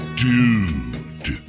dude